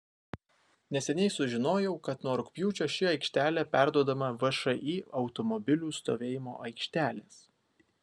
neseniai sužinojau kad nuo rugpjūčio ši aikštelė perduodama všį automobilių stovėjimo aikštelės